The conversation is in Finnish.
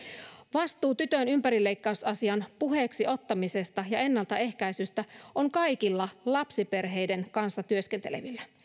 vastuu tytön ympärileikkausasian puheeksiottamisesta ja ennaltaehkäisystä on kaikilla lapsiperheiden kanssa työskentelevillä